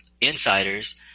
insiders